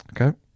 Okay